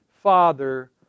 Father